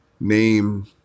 name